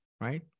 right